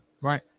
Right